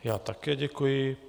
Já také děkuji.